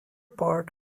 part